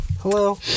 hello